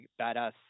badass